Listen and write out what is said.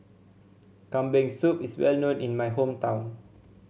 Kambing Soup is well known in my hometown